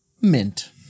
mint